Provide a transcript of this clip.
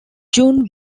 june